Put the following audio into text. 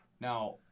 now